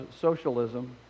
socialism